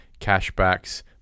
cashbacks